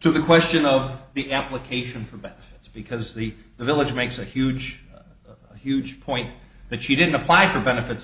to the question of the application for benefits because the village makes a huge huge point that she didn't apply for benefits